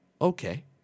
okay